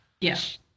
yes